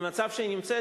במצב שהיא נמצאת,